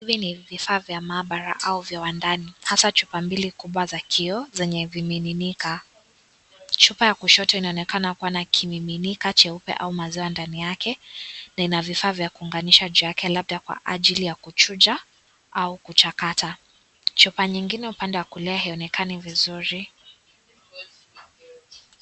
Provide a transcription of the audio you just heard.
Hivi ni vifaa vya maaabara au vya wandani hasa chupa mbili kubwa za kioo, zenye vimiminika. Chupa ya kushoto inaonekana kuwa na kimiminika cheupe au maziwa ndani yake na ina vifaa vya kuunganisha juu yake labda Kwa ajili ya kuchuja au kuchakata. Chupa nyingine upande wa kulia haionekani vizuri.